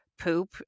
poop